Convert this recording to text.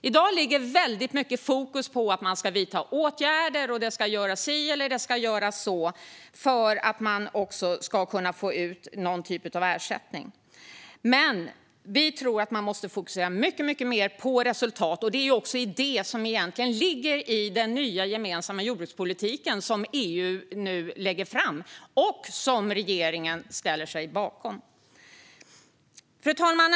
I dag ligger mycket fokus på att man ska vidta åtgärder, det ska göras si eller det ska göras så, för att få ut någon typ av ersättning. Men vi tror att man måste fokusera mycket mer på resultat. Det är också det som finns i den nya gemensamma jordbrukspolitiken som EU lägger fram och som regeringen ställer sig bakom. Fru talman!